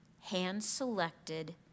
hand-selected